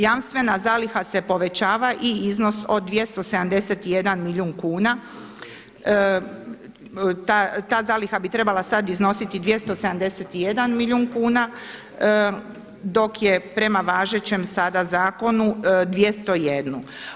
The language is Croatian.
Jamstvena zaliha se povećava i iznos od 271 milijun kuna, ta zaliha bi trebala sada iznositi 271 milijun kuna dok je prema važećem sada zakonu 201.